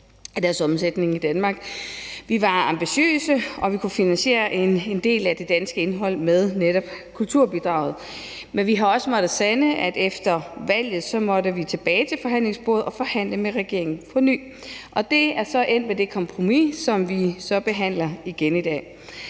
Vi var ambitiøse, og vi kunne finansiere en del af det danske indhold med netop kulturbidraget. Men vi har også måttet sande, at efter valget måtte vi tilbage til forhandlingsbordet og forhandle med regeringen på ny. Det er så endt ved det kompromis, som vi behandler igen i dag.